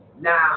Now